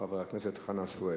חבר הכנסת חנא סוייד.